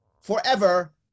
forever